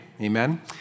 Amen